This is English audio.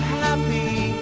happy